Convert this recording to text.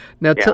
Now